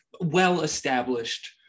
well-established